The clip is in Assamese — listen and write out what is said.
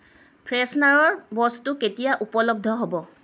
ফ্ৰেছনাৰ বস্তু কেতিয়া উপলব্ধ হ'ব